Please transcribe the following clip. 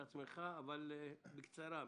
בבקשה.